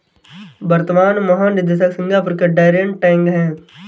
वर्तमान महानिदेशक सिंगापुर के डैरेन टैंग हैं